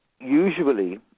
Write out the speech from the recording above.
usually